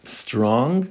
strong